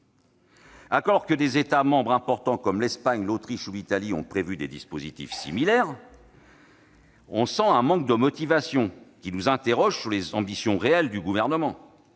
Alors que des États membres importants comme l'Espagne, l'Autriche et l'Italie ont prévu des dispositifs similaires, on sent un manque de motivation, qui nous amène à nous interroger sur les ambitions réelles du Gouvernement.